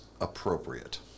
appropriate